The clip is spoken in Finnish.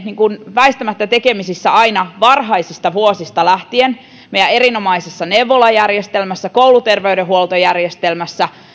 väistämättä aina varhaisista vuosista lähtien meidän erinomaisessa neuvolajärjestelmässämme kouluterveydenhuoltojärjestelmässämme